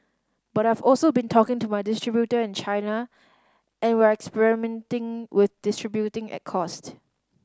but I've also been talking to my distributor in China and we're experimenting with distributing at cost